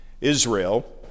Israel